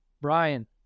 Brian